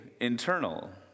internal